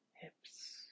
hips